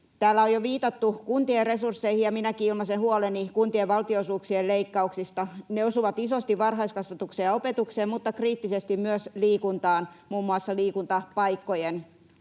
Täällä on jo viitattu kuntien resursseihin, ja minäkin ilmaisen huoleni kuntien valtionosuuksien leikkauksista. Ne osuvat isosti varhaiskasvatukseen ja opetukseen, mutta kriittisesti myös liikuntaan, muun muassa liikuntapaikkojen